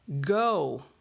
Go